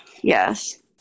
Yes